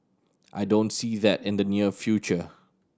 I don't see that in the near future